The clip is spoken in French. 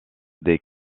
des